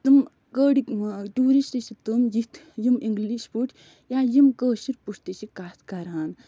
تِم أڑۍ ٹیٛوٗرِسٹہٕ چھِ تِم یِتھۍ یِم اِنٛگلِش پٲٹھۍ یا یِم کٲشِرۍ پٲٹھۍ تہِ چھِ کَتھ کران